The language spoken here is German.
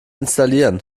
installieren